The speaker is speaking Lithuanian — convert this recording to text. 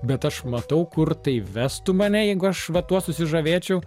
bet aš matau kur tai vestų mane jeigu aš va tuo susižavėčiau